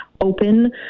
open